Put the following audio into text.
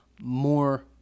more